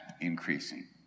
increasing